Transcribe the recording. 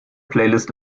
playlist